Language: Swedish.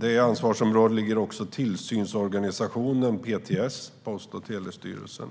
det ansvarsområdet ligger också tillsynsorganisationen PTS, Post och telestyrelsen.